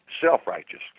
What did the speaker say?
self-righteous